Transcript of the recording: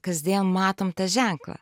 kasdien matom tą ženklą